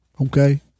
Okay